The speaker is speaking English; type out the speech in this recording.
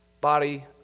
body